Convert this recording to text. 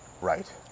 Right